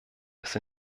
ist